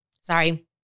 sorry